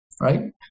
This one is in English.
right